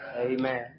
Amen